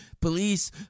police